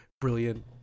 brilliant